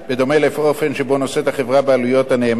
בדומה לאופן שבו נושאת החברה בעלויות הנאמן,